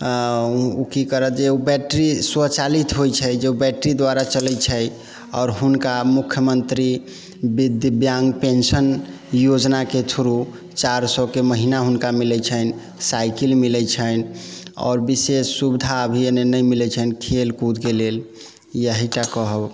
ओ कि करत जे बैटरी स्वचालित होइ छै जे बैटरी द्वारा चलै छै आओर हुनका मुख्यमन्त्री दिव्याङ्ग पेंशन योजनाके थ्रू चारि सएके महीना हुनका मिलै छन्हि साइकल मिलै छन्हि आओर विशेष सुविधा अभी एन्ने नहि मिलै छन्हि खेल कूदके लेल यही टा कहब